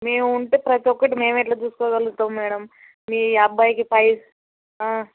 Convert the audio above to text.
మేము ఉంటే ప్రతి ఒక్కటి మేము ఎట్లా చూసుకోగలుతాం మేడం మీ అబ్బాయికి ఫై